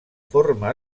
forma